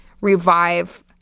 revive